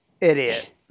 Idiot